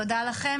תודה לכם,